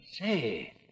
Say